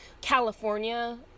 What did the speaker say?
California